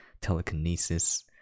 telekinesis